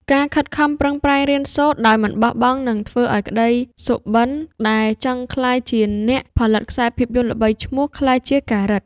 ការខិតខំប្រឹងប្រែងរៀនសូត្រដោយមិនបោះបង់នឹងធ្វើឱ្យក្តីសុបិនដែលចង់ក្លាយជាអ្នកផលិតខ្សែភាពយន្តល្បីឈ្មោះក្លាយជាការិត។